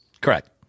Correct